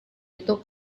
itu